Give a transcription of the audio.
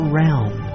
realm